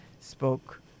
spoke